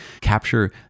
capture